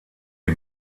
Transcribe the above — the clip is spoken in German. die